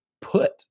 put